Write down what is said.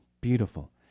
Beautiful